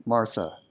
Martha